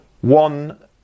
One